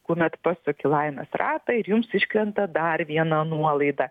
kuomet pasuki laimės ratą ir jums iškrenta dar viena nuolaida